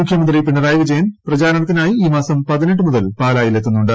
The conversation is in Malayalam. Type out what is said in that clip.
മുഖ്യമന്ത്രി പിണറായി വിജയൻ പ്രചാരണത്തിനായി ഈ മാസം പതിനെട്ട് മുതൽ പാലായിൽ എത്തുന്നുണ്ട്